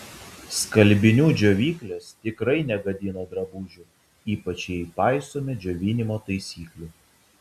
skalbinių džiovyklės tikrai negadina drabužių ypač jei paisome džiovinimo taisyklių